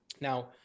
Now